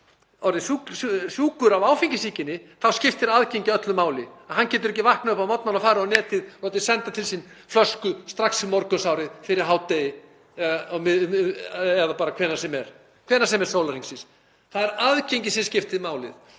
orðinn sjúkur af áfengissýkinni þá skiptir aðgengi öllu máli. Hann getur ekki vaknað upp á morgnana, farið á netið og látið senda til sín flösku strax í morgunsárið, fyrir hádegi eða bara hvenær sem er sólarhringsins. Það er aðgengi sem skiptir máli,